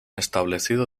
establecido